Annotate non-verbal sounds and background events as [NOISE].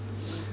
[NOISE]